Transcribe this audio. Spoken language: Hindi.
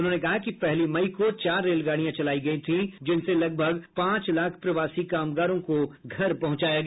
उन्होंने कहा कि पहली मई को चार रेलगाड़ियां चलाई गई थीं जिनसे लगभग पांच लाख प्रवासी कामगारों को घर पहुंचाया गया